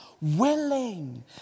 willing